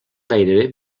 gairebé